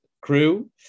crew